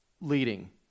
leading